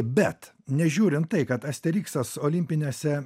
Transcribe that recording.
bet nežiūrint tai kad asteriksas olimpinėse